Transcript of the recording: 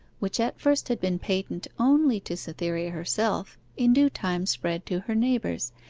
which at first had been patent only to cytherea herself, in due time spread to her neighbours,